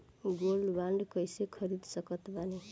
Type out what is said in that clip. Gold bond कईसे खरीद सकत बानी?